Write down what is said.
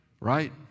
Right